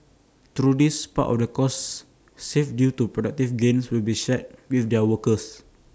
through this part of the costs saved due to productivity gains will be shared with their workers